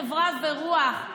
חברה ורוח,